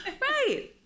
Right